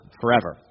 forever